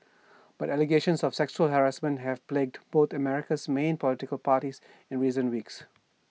but allegations of sexual harassment have plagued both of America's main political parties in recent weeks